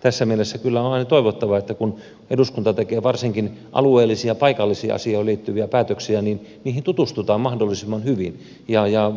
tässä mielessä kyllä on aina toivottavaa että kun eduskunta tekee varsinkin alueellisia paikallisiin asioihin liittyviä päätöksiä niin niihin tutustutaan mahdollisimman hyvin ja